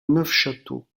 neufchâteau